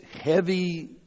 heavy